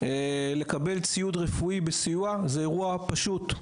לקבל ציוד רפואי בסיוע זה אירוע פשוט.